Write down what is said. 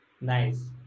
Nice